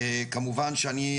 וכמובן שאני,